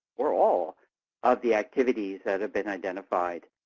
or all of the activities that have been identified.